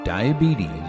Diabetes